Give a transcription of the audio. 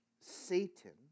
Satan